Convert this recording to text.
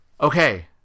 Okay